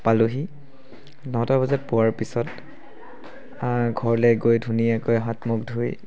পালোঁহি নটা বজাত পোৱাৰ পিছত ঘৰলৈ গৈ ধুনীয়াকৈ হাত মুখ ধুই